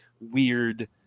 weird